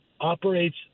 operates